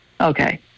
Okay